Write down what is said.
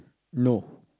no